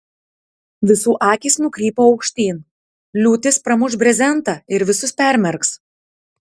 visų akys nukrypo aukštyn liūtis pramuš brezentą ir visus permerks